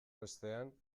bestean